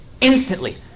instantly